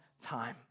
time